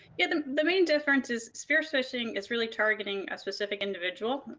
and the the main difference is spear phishing is really targeting a specific individual,